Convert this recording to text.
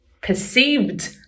perceived